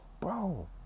Bro